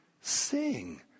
sing